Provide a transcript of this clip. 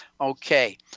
Okay